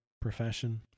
profession